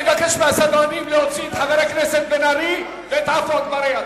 אני מבקש מהסדרנים להוציא את חברי הכנסת בן-ארי ועפו אגבאריה.